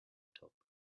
top